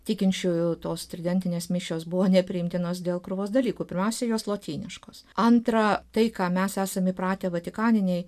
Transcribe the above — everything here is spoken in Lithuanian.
tikinčiųjų tos tridentinės mišios buvo nepriimtinos dėl krūvos dalykų pirmiausia jos lotyniškos antra tai ką mes esam įpratę vatikaninėj